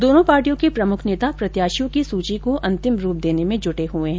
दोनों पार्टियों के प्रमुख नेता प्रत्याशियों की सूची को अंतिम रूप देने में जुटे हैं